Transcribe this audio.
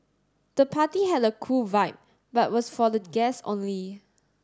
the party had a cool vibe but was for the guests only